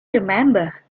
remember